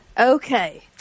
Okay